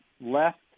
left